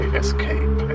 escape